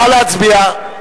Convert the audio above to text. נא להצביע.